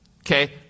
Okay